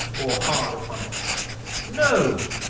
or hard upon it no,